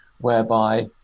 whereby